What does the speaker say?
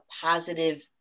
positive